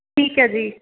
ਠੀਕ ਹੈ ਜੀ